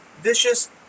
vicious